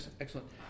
Excellent